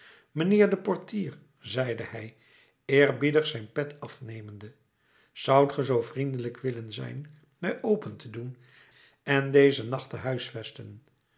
mijnheer de portier zeide hij eerbiedig zijn pet afnemende zoudt ge zoo vriendelijk willen zijn mij open te doen en dezen nacht te huisvesten